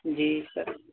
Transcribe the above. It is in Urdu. جی سر